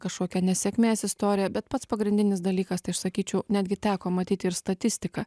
kažkokia nesėkmės istorija bet pats pagrindinis dalykas tai aš sakyčiau netgi teko matyti ir statistiką